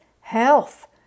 health